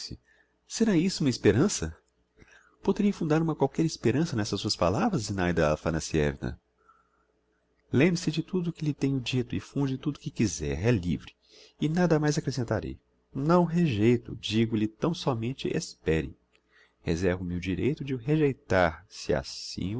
será isso uma esperança poderei fundar uma qualquer esperança n'essas suas palavras zinaida aphanassievna lembre-se de tudo que lhe tenho dito e funde tudo que quiser é livre e nada mais acrescentarei não o rejeito digo-lhe tão somente espere reservo me o direito de o rejeitar se assim